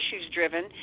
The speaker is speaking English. issues-driven